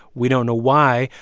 we don't know why,